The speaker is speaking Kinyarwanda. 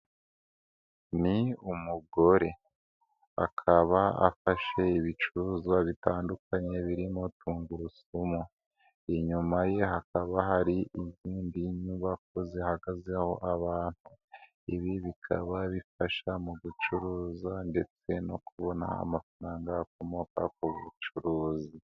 Ni umugore, akaba afashe ibicuruzwa bitandukanye birimo tungurusumu, inyuma ye hakaba hari inzindi nyubako zihagazeho abantu, ibi bikaba bifasha mu gucuruza ndetse no kubona amafaranga akomoka ku bucuruzi.